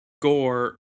gore